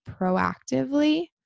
proactively